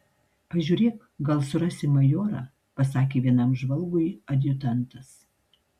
pažiūrėk gal surasi majorą pasakė vienam žvalgui adjutantas